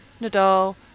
Nadal